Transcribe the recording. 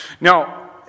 Now